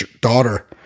daughter